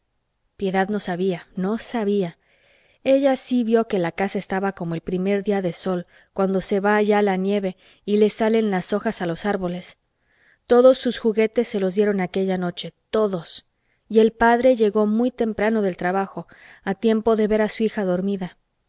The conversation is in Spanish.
piedad no sabía no sabía ella sí vio que la casa estaba como el primer día de sol cuando se va ya la nieve y les salen las hojas a los árboles todos sus juguetes se los dieron aquella noche todos y el padre llegó muy temprano del trabajo a tiempo de ver a su hija dormida